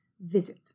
visit